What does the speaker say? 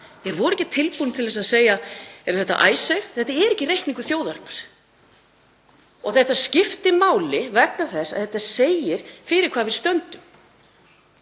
Þeir voru ekki tilbúnir til að segja: Þetta Icesave, þetta er ekki reikningur þjóðarinnar. Þetta skiptir máli vegna þess að þetta segir fyrir hvað við stöndum.